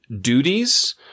duties